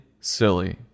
silly